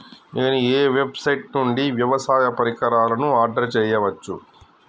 నేను ఏ వెబ్సైట్ నుండి వ్యవసాయ పరికరాలను ఆర్డర్ చేయవచ్చు?